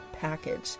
package